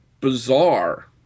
bizarre